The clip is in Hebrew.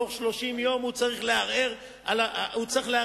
בתוך 30 יום הוא צריך לערער על הנושא.